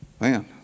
Man